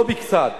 לא בקצת,